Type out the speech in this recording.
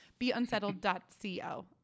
Beunsettled.co